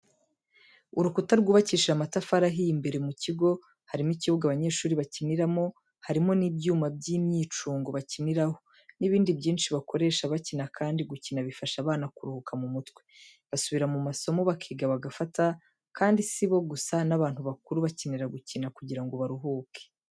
Urukuta rwubakishije amatafari ahiye imbere mu kigo harimo ikibuga abanyeshuri bakiniramo, harimo n'ibyuma by'imyicungo bakiniraho n'ibindi byinshi bakoresha bakina kandi gukina bifasha abana kuruhuka mu mutwe, basubira mu masomo bakiga bagafata kandi si bo gusa n'abantu bakuru bakenera gukina kugira ngo baruhuke.